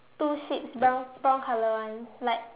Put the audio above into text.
two sheeps brown brown color [one] like